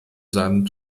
seinem